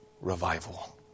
revival